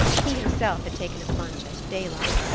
he himself had taken a plunge at daylight.